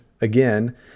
again